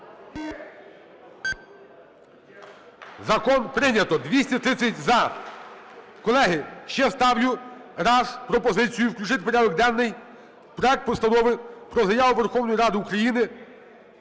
Закон прийнято. 230 – за. Колеги, ще ставлю раз пропозицію включити в порядок денний проект Постанови про Заяву Верховної Ради України